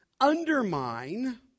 undermine